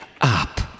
up